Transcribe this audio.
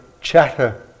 chatter